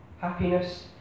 Happiness